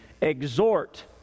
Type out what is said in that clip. exhort